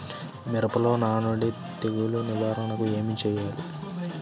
మిరపలో నానుడి తెగులు నివారణకు ఏమి చేయాలి?